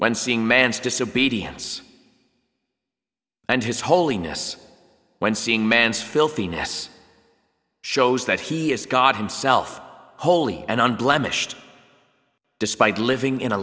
when seeing man's disobedience and his holiness when seeing man's filthy ness shows that he is god himself holy and unblemished despite living in a